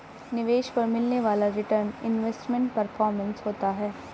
निवेश पर मिलने वाला रीटर्न इन्वेस्टमेंट परफॉरमेंस होता है